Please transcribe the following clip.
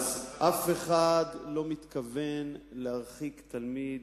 אף אחד לא מתכוון להרחיק תלמיד,